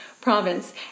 province